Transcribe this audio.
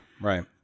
right